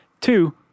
two